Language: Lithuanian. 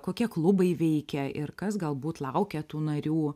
kokie klubai veikia ir kas galbūt laukia tų narių